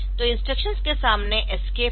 तो इंस्ट्रक्शंस के सामने एस्केप है